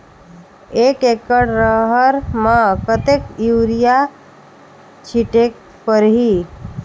एक एकड रहर म कतेक युरिया छीटेक परही?